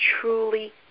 truly